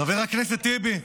חבר הכנסת טיבי,